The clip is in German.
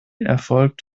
erfolgt